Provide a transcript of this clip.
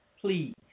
Please